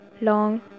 long